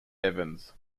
evans